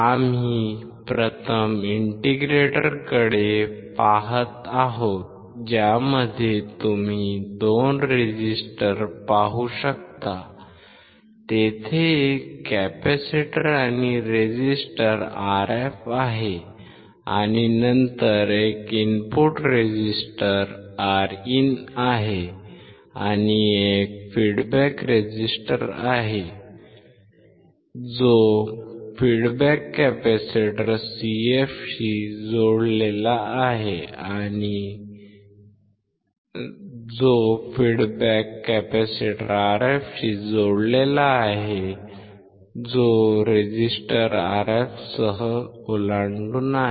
आम्ही प्रथम इंटिग्रेटरकडे पाहत आहोत ज्यामध्ये तुम्ही दोन रेझिस्टर पाहू शकता तेथे एक कॅपेसिटर आणि रेझिस्टर Rf आहे आणि नंतर एक इनपुट रेझिस्टर Rin आहे आणि एक फीडबॅक रेझिस्टर आहे जो फीडबॅक कॅपेसिटर Cf शी जोडलेला आहे जो रेझिस्टर Rf सह ओलांडून आहे